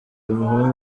umuhungu